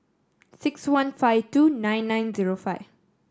six one five two nine nine zero five